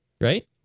right